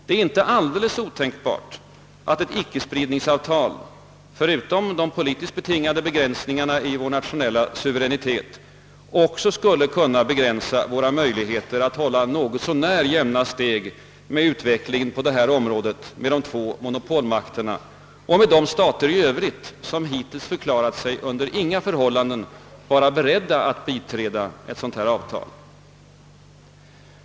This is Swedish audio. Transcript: Det är inte alldeles otänkbart att ett icke-spridningsavtal, förutom de politiskt betingade begränsningarna i vår nationella suveränitet, också skulle kunna medföra begränsningar av våra möjligheter att hålla något så när jämna steg i vad gäller utvecklingen på detta område, med de två monopolmakterna och med de stater i övrigt som hittills förklarat sig under inga förhållanden vara beredda att biträda ett sådant avtal.